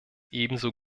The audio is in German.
ebenso